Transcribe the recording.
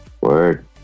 word